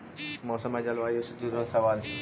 मौसम और जलवायु से जुड़ल सवाल?